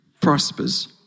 prospers